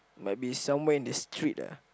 might be somewhere in the street ah